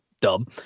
dumb